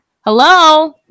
Hello